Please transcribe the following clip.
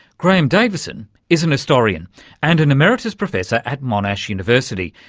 graeme davison is an historian and an emeritus professor at monash university,